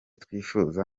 twifuza